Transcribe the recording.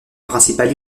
principale